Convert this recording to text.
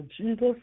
Jesus